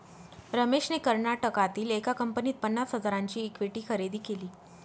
रमेशने कर्नाटकातील एका कंपनीत पन्नास हजारांची इक्विटी खरेदी केली